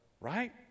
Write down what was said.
Right